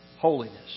Holiness